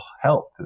health